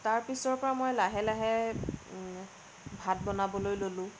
তাৰ পিছৰ পৰা মই লাহে লাহে ভাত বনাবলৈ ল'লোঁ